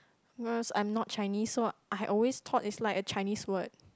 because i'm not Chinese so I always thought it's like a Chinese word